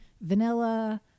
vanilla